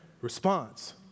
response